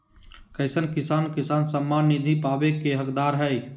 कईसन किसान किसान सम्मान निधि पावे के हकदार हय?